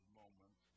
moment